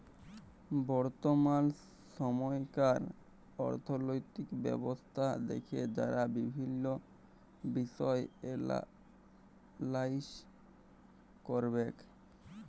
বর্তমাল সময়কার অথ্থলৈতিক ব্যবস্থা দ্যাখে যারা বিভিল্ল্য বিষয় এলালাইস ক্যরবেক